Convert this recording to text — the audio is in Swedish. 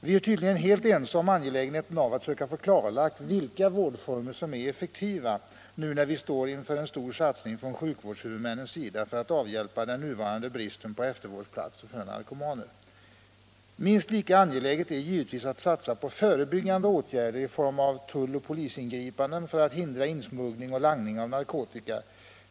Vi är tydligen helt ense om angelägenheten av att söka få klarlagt vilka vårdformer som är effektiva, nu när vi står inför en stor satsning från sjukvårdshuvudmännens sida för att avhjälpa den nuvarande bristen på eftervårdsplatser för narkomaner. Minst lika angeläget är det givetvis att satsa på förebyggande åtgärder i form av tull och polisingripanden för att hindra insmuggling och langning av narkotika.